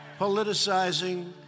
politicizing